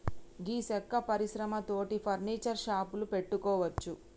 గీ సెక్క పరిశ్రమ తోటి ఫర్నీచర్ షాపులు పెట్టుకోవచ్చు